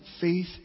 faith